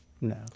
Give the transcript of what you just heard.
No